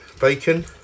Bacon